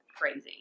crazy